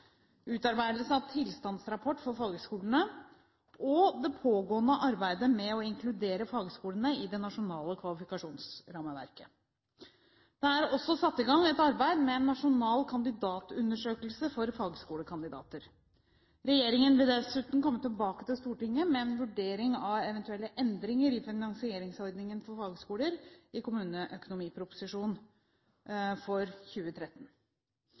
utarbeidelse av tilstandsrapport for fagskolene det pågående arbeidet med å inkludere fagskolene i det nasjonale kvalifikasjonsrammeverket Det er også satt i gang et arbeid med en nasjonal kandidatundersøkelse for fagskolekandidater. Regjeringen vil dessuten komme tilbake til Stortinget med en vurdering av eventuelle endringer i finansieringsordningen for fagskoler i kommuneproposisjonen for 2013.